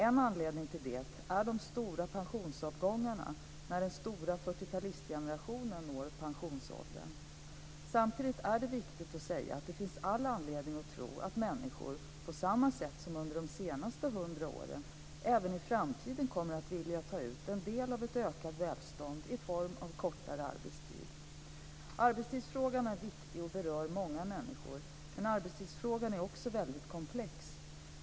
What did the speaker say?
En anledning till det är de stora pensionsavgångarna när den stora 40 talistgenerationen når pensionsåldern. Samtidigt är det viktigt att säga att det finns all anledning att tro att människor, på samma sätt som under de senaste 100 åren, även i framtiden kommer att vilja ta ut en del av ett ökat välstånd i form av kortare arbetstid. Arbetstidsfrågan är viktig och berör många människor. Men arbetstidsfrågan är också väldigt komplex.